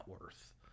worth